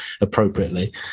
appropriately